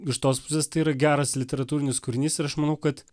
iš tos pusės tai yra geras literatūrinis kūrinys ir aš manau kad